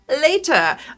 Later